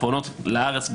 הן פונות ארץ בוודאות.